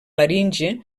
laringe